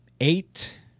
eight